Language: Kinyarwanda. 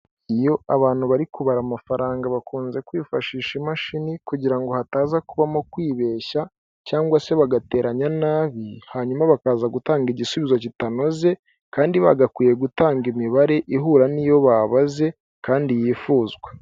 Iyo abantu bari kubara amafaranga bakunze kwifashisha imashini kugira ngo hataza kubamo kwibeshya cyangwa se bagateranya nabi hanyuma bakaza gutanga igisubizo kitanoze kandi bagakwiye gutanga imibare ihura n'iyo babaze kandi yifuzwa.